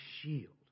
shield